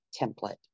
template